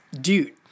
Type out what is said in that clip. Dude